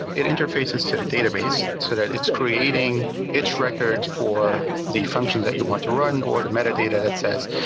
it interfaces to the database so that it's creating its record for the functions that you want to run or the meta data that says,